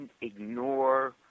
ignore